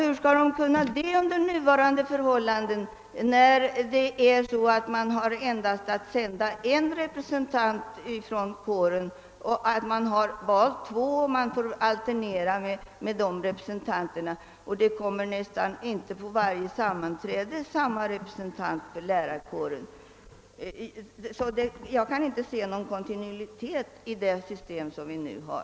Hur kan de göra det under nuvarande förhållanden? Man väljer två fackrepresentanter och får endast sända en till sammanträdena och får därför låta dem alternera. Jag kan inte se någon kontinuitet i det system vi nu har.